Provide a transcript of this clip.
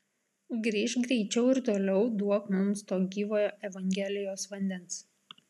grįžk greičiau ir toliau duok mums to gyvojo evangelijos vandens